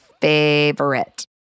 favorite